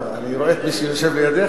מה, אני רואה את מי שיושב לידך.